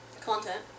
content